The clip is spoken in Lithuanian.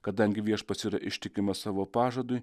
kadangi viešpats yra ištikimas savo pažadui